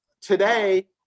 today